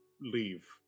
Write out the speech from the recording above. Leave